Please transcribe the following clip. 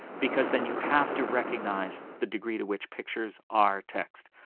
because then you have to recognize the degree to which pictures are text,